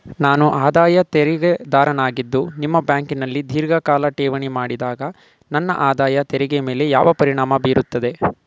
ನಾನು ಆದಾಯ ತೆರಿಗೆದಾರನಾಗಿದ್ದು ನಿಮ್ಮ ಬ್ಯಾಂಕಿನಲ್ಲಿ ಧೀರ್ಘಕಾಲ ಠೇವಣಿ ಮಾಡಿದಾಗ ನನ್ನ ಆದಾಯ ತೆರಿಗೆ ಮೇಲೆ ಯಾವ ಪರಿಣಾಮ ಬೀರುತ್ತದೆ?